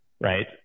right